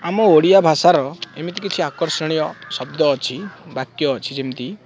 ଆମ ଓଡ଼ିଆ ଭାଷାର ଏମିତି କିଛି ଆକର୍ଷଣୀୟ ଶବ୍ଦ ଅଛି ବାକ୍ୟ ଅଛି ଯେମିତି